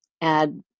add